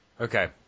Okay